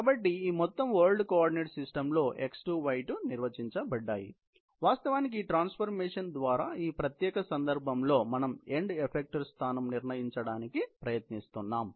కాబట్టి ఈ మొత్తం వరల్డ్ కోఆర్డినేట్ సిస్టమ్ లో x2 y2 నిర్వచించబడ్డాయి మరియు వాస్తవానికి ఈ ట్రాన్స్ఫర్మేషన్ ద్వారా ఈ ప్రత్యేక సందర్భంలో మనం ఎండ్ ఎఫక్టర్ స్థానం నిర్ణయించడానికి ప్రయత్నిస్తున్నాము